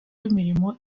w’imirimo